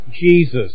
Jesus